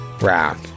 round